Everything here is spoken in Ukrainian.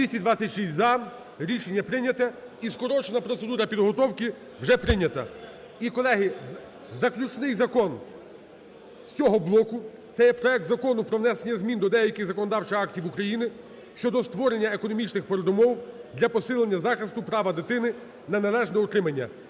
За-226 Рішення прийнято, і скорочена процедура підготовка вже прийнята. І, колеги, заключний закон з цього блоку, це є проект Закону про внесення змін до деяких законодавчих актів України щодо створення економічних передумов для посилення захисту права дитини на належне утримання